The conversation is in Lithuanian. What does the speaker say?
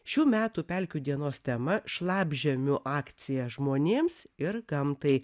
šių metų pelkių dienos tema šlapžemių akcija žmonėms ir gamtai